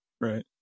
right